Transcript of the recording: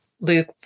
Luke